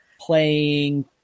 playing